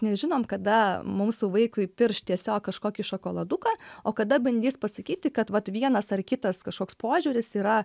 nežinom kada mūsų vaikui pirš tiesiog kažkokį šokoladuką o kada bandys pasakyti kad vat vienas ar kitas kažkoks požiūris yra